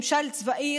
ממשל צבאי,